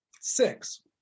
six